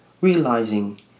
realizing